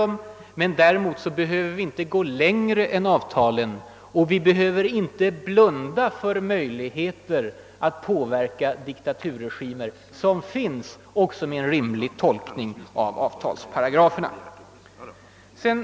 Men däremot behöver vi inte gå längre än avtalen och vi behöver inte blunda för de möjligheter att påverka diktaturregimer som en rimlig tolkning av avtalsparagraferna medger.